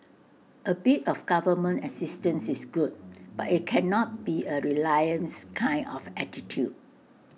A bit of government assistance is good but IT cannot be A reliance kind of attitude